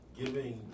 giving